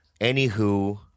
Anywho